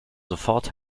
sofort